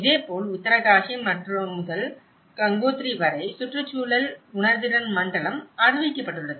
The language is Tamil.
இதேபோல் உத்தரகாஷி முதல் கங்கோத்ரி வரை சுற்றுச்சூழல் உணர்திறன் மண்டலம் அறிவிக்கப்பட்டுள்ளது